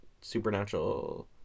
supernatural